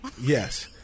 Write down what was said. Yes